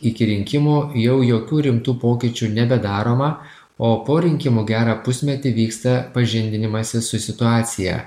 iki rinkimų jau jokių rimtų pokyčių nebedaroma o po rinkimų gerą pusmetį vyksta pažindinimasis su situacija